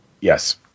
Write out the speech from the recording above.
Yes